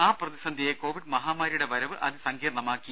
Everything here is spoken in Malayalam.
ആ പ്രതിസന്ധിയെ കോവിഡ് മഹാമാരിയുടെ വരവ് അതിസങ്കീർണമാക്കി